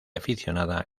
aficionada